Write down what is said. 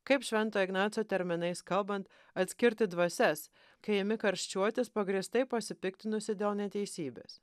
kaip švento ignaco terminais kalbant atskirti dvasias kai imi karščiuotis pagrįstai pasipiktinusi dėl neteisybės